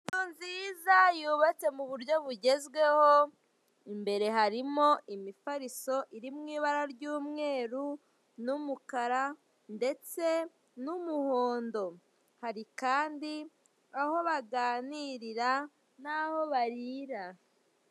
Inzu nziza yubatse mu buryo bugezweho, imbere harimo imifariso iri mu ibara ry'umweru n'umukara ndetse n'umuhondo. Hari kandi aho baganirira n'aho barira.